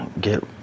Get